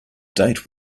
date